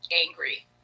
angry